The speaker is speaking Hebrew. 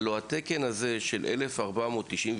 הלא התקן הזה, של 1498,